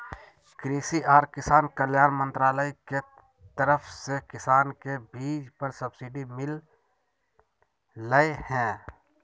कृषि आर किसान कल्याण मंत्रालय के तरफ से किसान के बीज पर सब्सिडी मिल लय हें